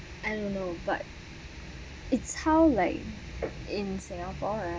I don't know but it's how like in singapore right